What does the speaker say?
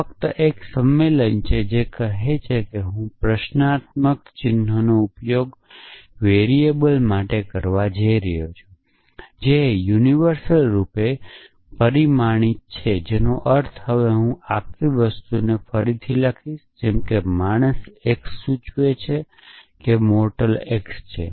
આ ફક્ત એક સંમેલન છે જે કહે છે કે હું પ્રશ્નાત્મક ચિહ્નનો ઉપયોગ વેરીએબલ માટે કરવા જઈ રહ્યો છું જે સાર્વત્રિક રૂપે પરિમાણિત છે જેનો અર્થ છે કે હવે હું આ આખી વસ્તુને ફરીથી લખીશ જેમ કે માણસ x સૂચવે છે કે મોરટલ x છે